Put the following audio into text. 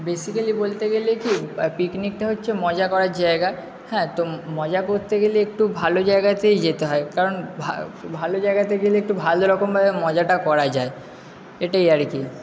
basically বলতে গেলে কি পিকনিকটা হচ্ছে মজা করার জায়গা হ্যাঁ তো মজা করতে গেলে একটু ভালো জায়গাতেই যেতে হয় কারণ ভা ভালো জায়গাতে গেলে একটু ভালো রকমভাবে মজাটা করা যায় এটাই আর কি